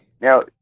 Now